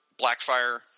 Blackfire